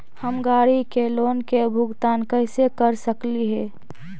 हम गाड़ी के लोन के भुगतान कैसे कर सकली हे?